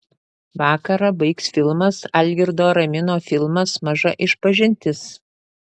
vakarą baigs filmas algirdo aramino filmas maža išpažintis